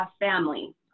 family